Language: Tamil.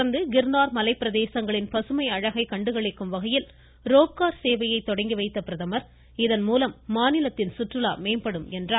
தொடா்ந்து கிர்ணார் மலை பிரதேசங்களின் பசுமை அழகை கண்டுகளிக்கும் வகையில் ரோப்கார் சேவையை தொடங்கி வைத்த பிரதமர் இதன்மூலம் மாநிலத்தின் சுற்றுலா மேம்படும் என்றார்